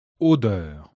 Odeur